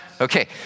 Okay